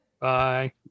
Bye